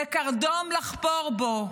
זה קרדום לחפור בו.